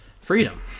freedom